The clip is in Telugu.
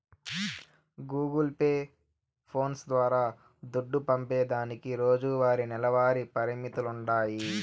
గూగుల్ పే, ఫోన్స్ ద్వారా దుడ్డు పంపేదానికి రోజువారీ, నెలవారీ పరిమితులుండాయి